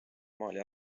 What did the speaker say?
maali